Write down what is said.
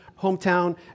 hometown